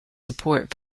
support